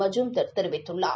மஜூம்தர் தெரிவித்துள்ளார்